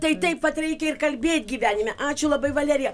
tai taip vat reikia ir kalbėt gyvenime ačiū labai valerija